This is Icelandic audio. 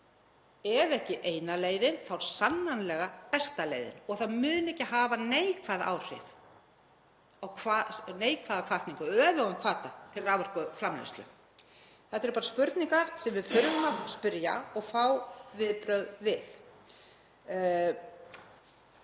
ef ekki eina leiðin þá sannarlega besta leiðin og það mun ekki hafa neikvæð áhrif og neikvæða hvatningu, öfugan hvata til raforkuframleiðslu. Þetta eru bara spurningar sem við þurfum að spyrja og fá viðbrögð við.